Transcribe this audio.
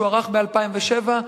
שהוארך ב-2007,